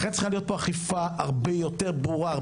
לכן צריכה להיות פה אכיפה הרבה יותר ברורה,